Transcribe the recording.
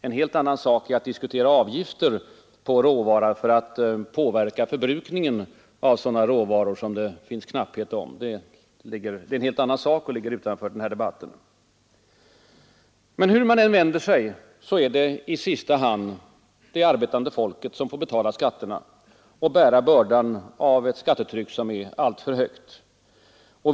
En helt annan sak är att diskutera avgifter på råvaror för att påverka förbrukningen av sådana råvaror som det råder knapphet på. Det är en helt annan sak och ligger utanför den här debatten. Hur man än vänder sig är det i sista hand det arbetande folket som får betala skatterna och bära bördan av ett skattetryck som är alltför högt.